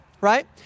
Right